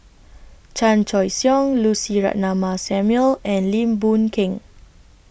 Chan Choy Siong Lucy Ratnammah Samuel and Lim Boon Keng